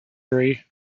three